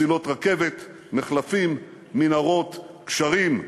מסילות רכבת, מחלפים, מנהרות, גשרים.